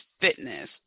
fitness